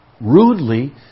rudely